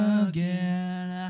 again